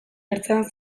ertzean